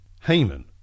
Haman